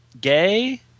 gay